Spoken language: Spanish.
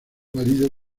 marido